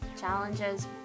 challenges